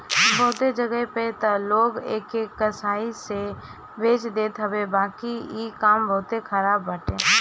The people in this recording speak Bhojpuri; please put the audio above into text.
बहुते जगही पे तअ लोग एके कसाई से बेच देत हवे बाकी इ काम बहुते खराब बाटे